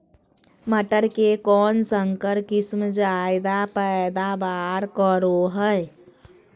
मटर के कौन संकर किस्म जायदा पैदावार करो है?